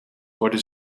worden